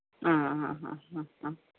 ആ ഹ ഹ ഹ